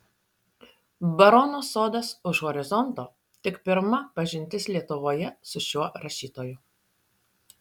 barono sodas už horizonto tik pirma pažintis lietuvoje su šiuo rašytoju